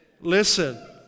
Listen